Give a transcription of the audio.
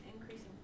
increasing